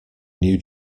new